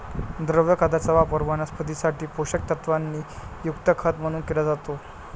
द्रव खताचा वापर वनस्पतीं साठी पोषक तत्वांनी युक्त खत म्हणून केला जातो